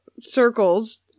circles